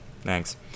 Thanks